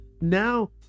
now